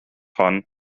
hon